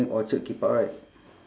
orchard skate park right